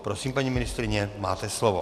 Prosím, paní ministryně, máte slovo.